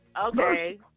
Okay